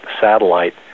satellite